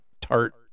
tart